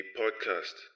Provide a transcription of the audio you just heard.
podcast